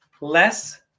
less